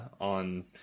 on